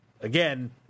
again